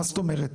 מה זאת אומרת?